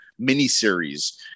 miniseries